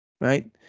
Right